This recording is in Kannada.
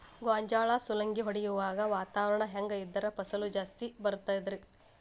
ಗೋಂಜಾಳ ಸುಲಂಗಿ ಹೊಡೆಯುವಾಗ ವಾತಾವರಣ ಹೆಂಗ್ ಇದ್ದರ ಫಸಲು ಜಾಸ್ತಿ ಬರತದ ರಿ?